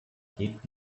hebt